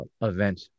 event